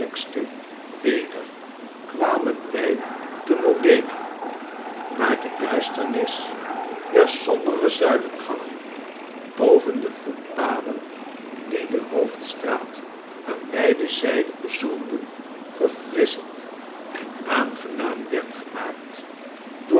weder kwamen wij te m o d e n a waar de duisternis der sombere zuilengangen boven de voetpaden die de hoofdstraat aan beide zijden bezoomen verfrisschend en aangenaam werd gemakt door